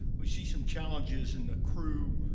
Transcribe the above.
we see some challenges in the crew,